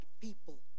people